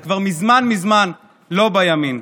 את כבר מזמן מזמן לא בימין.